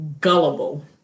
gullible